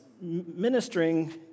ministering